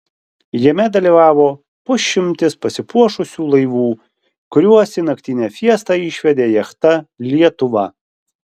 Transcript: jame dalyvavo pusšimtis pasipuošusių laivų kuriuos į naktinę fiestą išvedė jachta lietuva